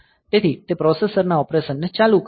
તેથી તે પ્રોસેસર ના ઓપરેશન ને ચાલુ કરશે